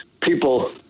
people